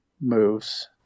moves